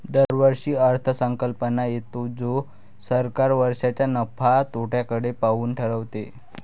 दरवर्षी अर्थसंकल्प येतो जो सरकार वर्षाच्या नफ्या तोट्याकडे पाहून ठरवते